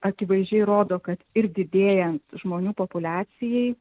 akivaizdžiai rodo kad ir didėjant žmonių populiacijai